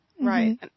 right